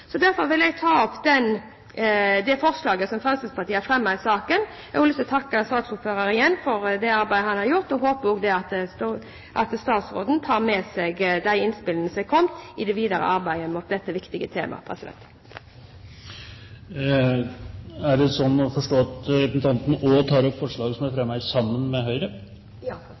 Derfor vil jeg ta opp det forslaget som Fremskrittspartiet har fremmet i saken, og de forslagene som Fremskrittspartiet er sammen med Høyre om. Jeg har også lyst til igjen å takke saksordføreren for det arbeidet han har gjort. Jeg håper statsråden tar med seg de innspillene som er kommet, i det videre arbeidet med dette viktige temaet.